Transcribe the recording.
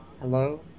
hello